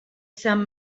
some